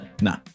No